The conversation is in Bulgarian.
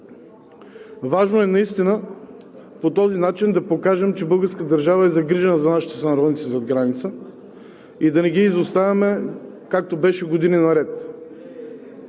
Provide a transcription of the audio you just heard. Важно е наистина по този начин да покажем, че българската държава е загрижена за нашите сънародници зад граница и да не ги изоставяме, както беше години наред.